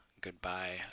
Goodbye